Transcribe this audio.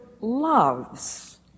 loves